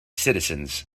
citizens